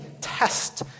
test